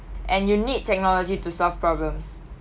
and you need technology to solve problems